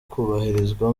kubahirizwa